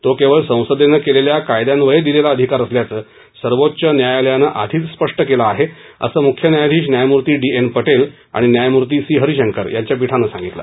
तो केवळ संसदेनं केलेल्या कायद्यान्वये दिलेला अधिकार असल्याचं सर्वोच्च न्यायालयानं आधीच स्पष्ट केलं आहे असं मुख्य न्यायाधीश न्यायमूर्ती डी एन पटेल आणि न्यायमूर्ती सी हरिशंकर यांच्या पीठानं सांगितलं